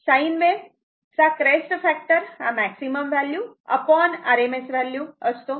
sine wave चा crest factor हा maximum value RMS value असतो